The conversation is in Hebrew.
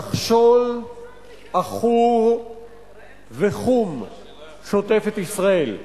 נחשול עכור וחום שוטף את ישראל.